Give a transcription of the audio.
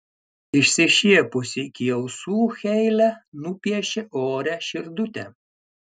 išsišiepusi iki ausų heile nupiešė ore širdutę